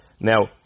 Now